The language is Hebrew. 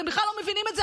אתם בכלל לא מבינים את זה,